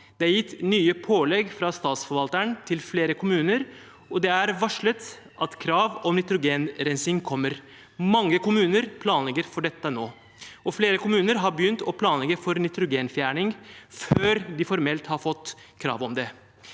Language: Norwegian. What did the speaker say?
Det er gitt nye pålegg fra statsforvalteren til flere kommuner, og det er varslet at krav om nitrogenrensing kommer. Mange kommuner planlegger for dette nå, og flere kommuner har begynt å planlegge for nitrogenfjerning før de formelt har fått krav om det.